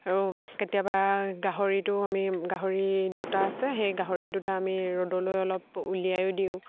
আৰু কেতিয়াবা গাহৰিটো আমি গাহৰি দুটা আছে সেই গাহৰি দুটা আমি ৰ'দলৈ অলপ উলিয়াইও দিওঁ